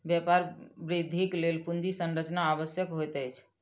व्यापार वृद्धिक लेल पूंजी संरचना आवश्यक होइत अछि